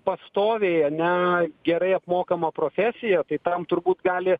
pastoviai ane gerai apmokama profesija kai tam turbūt gali